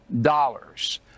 dollars